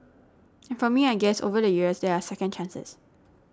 and for me I guess over the years there are second chances